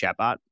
chatbot